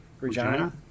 Regina